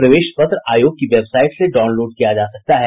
प्रवेश पत्र आयोग की वेबसाइट से डाउनलोड किया जा सकता है